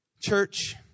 Church